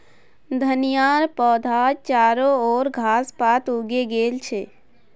धनिया पौधात चारो ओर घास पात उगे गेल छ